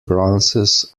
bronzes